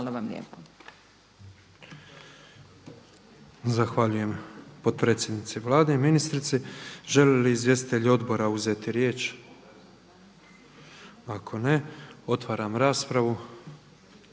Hvala vam lijepa.